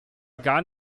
gar